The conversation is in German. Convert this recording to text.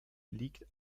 liegt